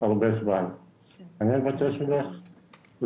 בשביל להכניס גם את האוטובוסים הלא נגישים,